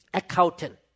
accountant